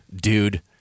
dude-